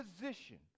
position